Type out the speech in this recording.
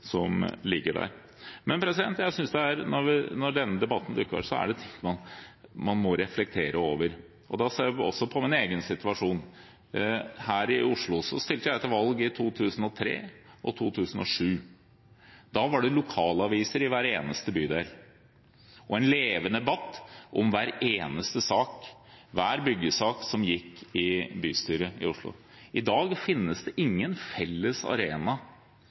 ligger der. Når denne debatten dukker opp, synes jeg det er ting man må reflektere over, og da ser jeg også på min egen situasjon. Her i Oslo stilte jeg til valg i 2003 og 2007. Da var det lokalaviser i hver eneste bydel og en levende debatt om hver eneste byggesak som gikk i bystyret i Oslo. I dag finnes det ingen felles arena